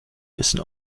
wissen